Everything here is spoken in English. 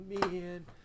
man